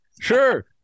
Sure